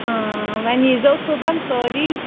آ وۅنۍ ییٖزیٚو صُبَحن سٲرِی